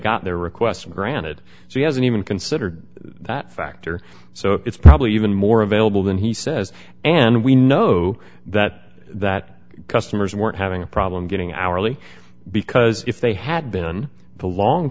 got their request granted she hasn't even considered that factor so it's probably even more available than he says and we know that that customers weren't have problem getting hourly because if they had been the long